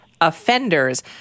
offenders